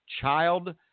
child